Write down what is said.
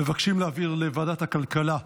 מבקשים להעביר לוועדת הכלכלה.